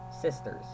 Sisters